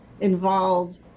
involved